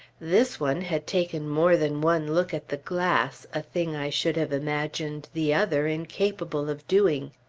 this one had taken more than one look at the glass, a thing i should have imagined the other incapable of doing.